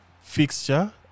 fixture